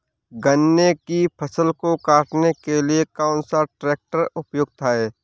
गन्ने की फसल को काटने के लिए कौन सा ट्रैक्टर उपयुक्त है?